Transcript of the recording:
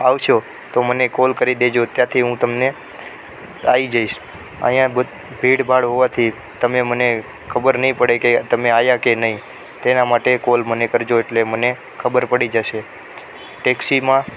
આવશો તો મને કોલ કરી દેજો ત્યાંથી હું તમને આવી જઈશ અહીંયા ભીડભાડ હોવાથી તમે મને ખબર નહીં પડે કે તમે આવ્યા કે નહીં તેના માટે કોલ મને કરજો એટલે મને ખબર પડી જશે ટેક્સીમાં